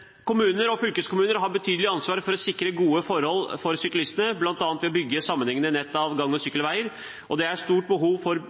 Kommuner og fylkeskommuner har betydelig ansvar for å sikre gode forhold for syklistene, bl.a. ved å bygge sammenhengende nett av gang- og sykkelveier. Og det er stort behov for